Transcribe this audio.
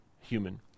human